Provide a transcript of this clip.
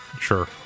Sure